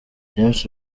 james